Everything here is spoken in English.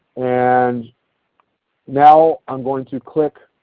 and now i'm going to click